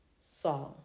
song